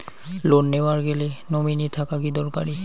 Loan নেওয়ার গেলে nominee থাকা কি দরকারী?